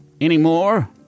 anymore